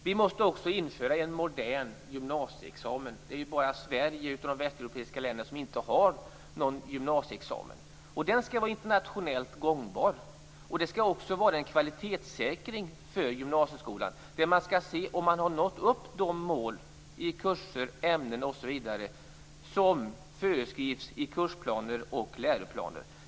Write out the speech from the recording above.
Vi måste införa en modern gymnasieexamen. Det är ju bara Sverige av de västeuropeiska länderna som inte har någon gymnasieexamen. Den skall vara internationellt gångbar, och den skall också innebära en kvalitetssäkring för gymnasieskolan där man skall se om man har nått upp till de mål vad gäller kurser, ämnen osv. som föreskrivs i kursplaner och läroplaner.